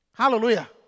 Hallelujah